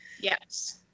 Yes